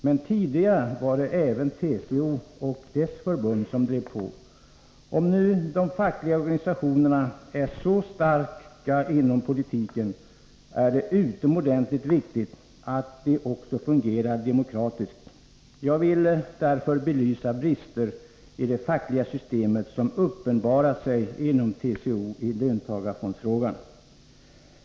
Men tidigare var det även TCO och dess förbund som drev på. Om de fackliga organisationerna är så starka inom politiken, är det utomordentligt viktigt att de också fungerar demokratiskt. Jag vill därför belysa brister i det fackliga systemet, som uppenbarat sig inom TCO i löntagarfondsfrågan.